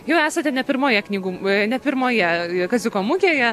jau esate ne pirmoje knygų ne pirmoje kaziuko mugėje